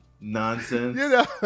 nonsense